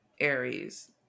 Aries